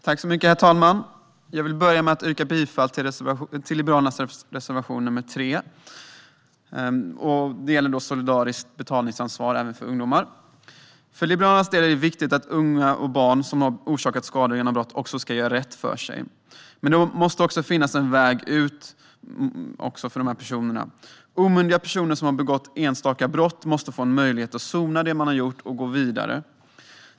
Herr talman! Jag vill börja med att yrka bifall till Liberalernas reservation nr 3. Det gäller solidariskt betalningsansvar även för ungdomar. För Liberalernas del är det viktigt att unga och barn som har orsakat skada genom att begå brott också ska göra rätt för sig, men det måste finnas en väg ut även för dessa personer. Omyndiga personer som har begått enstaka brott måste få möjlighet att sona det de har gjort och gå vidare.